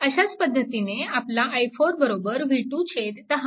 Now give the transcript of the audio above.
अशाच पद्धतीने आपला i4 v210